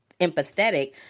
empathetic